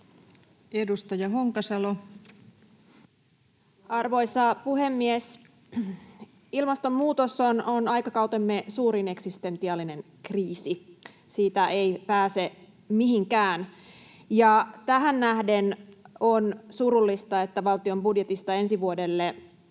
Edustaja Honkasalo. Arvoisa puhemies! Ilmastonmuutos on aikakautemme suurin eksistentiaalinen kriisi, siitä ei pääse mihinkään. Tähän nähden on surullista, että valtion budjetissa ensi vuodelle